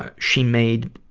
ah she made